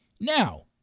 Now